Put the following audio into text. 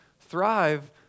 thrive